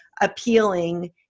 appealing